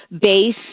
base